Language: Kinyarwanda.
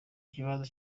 kibanza